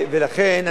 לכן,